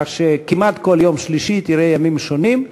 כך שכמעט כל יום שלישי תראי ימים שונים.